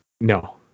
No